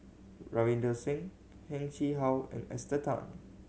Ravinder Singh Heng Chee How and Esther Tan